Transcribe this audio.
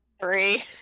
Three